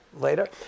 later